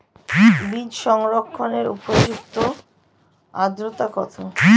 বীজ সংরক্ষণের উপযুক্ত আদ্রতা কত?